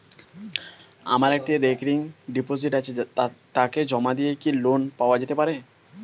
আমার একটি recurring deposit আছে তাকে জমা দিয়ে কি লোন পাওয়া যেতে পারে?